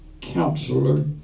counselor